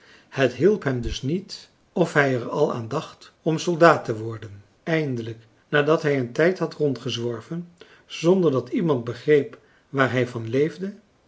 het hielp hem dus niet of hij er al aan dacht om soldaat te worden eindelijk nadat hij een tijd had rondgezworven zonder dat iemand begreep waar hij van leefde